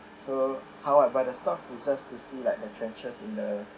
so how I buy the stocks is just to see like the trenches in the